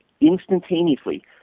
instantaneously